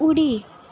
उडी